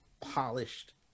polished